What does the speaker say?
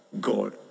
God